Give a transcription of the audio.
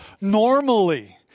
normally